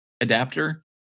adapter